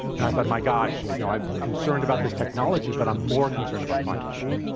and i thought, my gosh, you know, i'm concerned about this technology, but i'm more concerned about climate change.